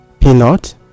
peanut